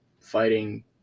fighting